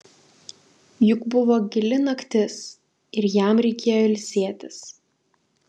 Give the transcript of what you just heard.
juk buvo gili naktis ir jam reikėjo ilsėtis